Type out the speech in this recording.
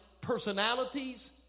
personalities